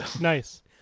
Nice